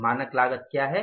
तो मानक लागत क्या है